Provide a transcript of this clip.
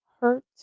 hurt